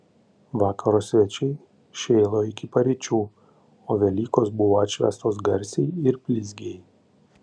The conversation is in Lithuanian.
vakaro svečiai šėlo iki paryčių o velykos buvo atšvęstos garsiai ir blizgiai